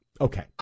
Okay